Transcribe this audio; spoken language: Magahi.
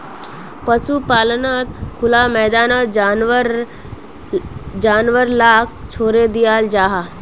पशुपाल्नोत खुला मैदानोत जानवर लाक छोड़े दियाल जाहा